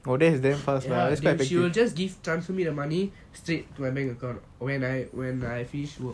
ya she will just give transfer me the money straight to my bank account when I when I finish work